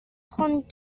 trente